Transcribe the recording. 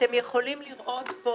אתם יכולים לראות פה